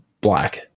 Black